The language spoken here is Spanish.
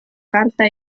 carta